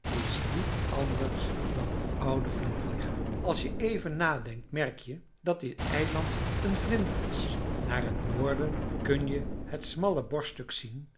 is niet anders dan het oude vlinderlichaam als je even nadenkt merk je dat dit eiland een vlinder is naar het noorden kun je het smalle borststuk zien